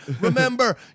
Remember